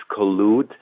collude